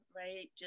right